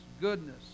goodness